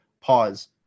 Pause